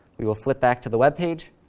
we will flip back to the web page,